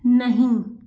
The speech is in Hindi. नहीं